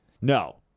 No